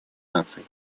наций